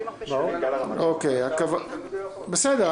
בסדר.